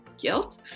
guilt